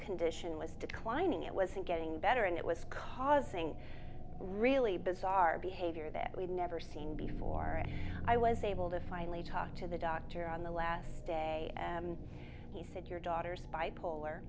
condition was declining it wasn't getting better and it was causing really bizarre behavior that we've never seen before and i was able to finally talk to the doctor on the last day he said your daughter's bipolar